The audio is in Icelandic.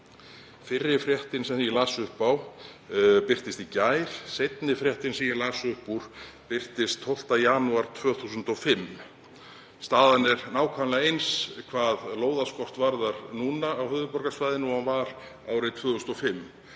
Fyrri fréttin sem ég las upp úr birtist í gær. Seinni fréttin sem ég las upp úr birtist 12. janúar 2005. Staðan er nákvæmlega eins hvað lóðaskort varðar núna á höfuðborgarsvæðinu og var árið 2005.